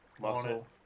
muscle